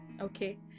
okay